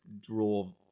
draw